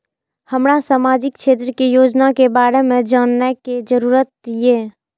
हमरा सामाजिक क्षेत्र के योजना के बारे में जानय के जरुरत ये?